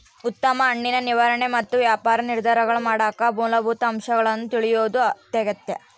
ಉತ್ತಮ ಹಣ್ಣಿನ ನಿರ್ವಹಣೆ ಮತ್ತು ವ್ಯಾಪಾರ ನಿರ್ಧಾರಗಳನ್ನಮಾಡಕ ಮೂಲಭೂತ ಅಂಶಗಳನ್ನು ತಿಳಿಯೋದು ಅತ್ಯಗತ್ಯ